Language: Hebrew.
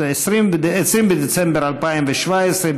20 בדצמבר 2017,